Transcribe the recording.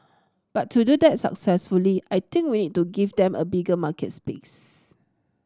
but to do that successfully I think we need to give them a bigger market space